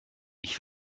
ich